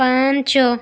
ପାଞ୍ଚ